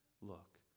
look